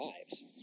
lives